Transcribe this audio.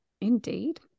indeed